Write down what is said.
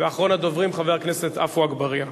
ואחרון הדוברים, חבר הכנסת עפו אגבאריה.